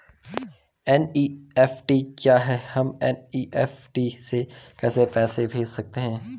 NEFT क्या है हम एन.ई.एफ.टी से कैसे पैसे भेज सकते हैं?